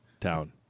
town